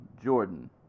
Jordan